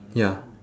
ya